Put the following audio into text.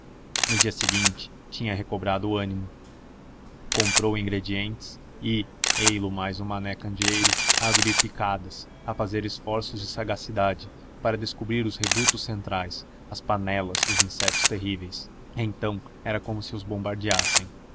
no dia seguinte tinha recobrado o ânimo comprou ingredientes e ei-lo mais o mané candeeiro a abrir picadas a fazer esforços de sagacidade para descobrir os redutos centrais as panelas dos insetos terríveis então era como se os